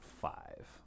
Five